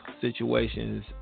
situations